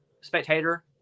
Spectator